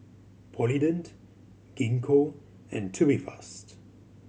Polident Gingko and Tubifast